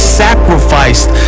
sacrificed